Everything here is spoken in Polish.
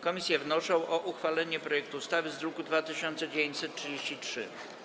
Komisje wnoszą o uchwalenie projektu ustawy z druku nr 2933.